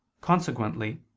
Consequently